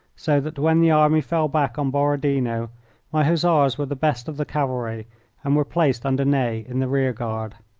so that when the army fell back on borodino my hussars were the best of the cavalry, and were placed under ney in the rear-guard.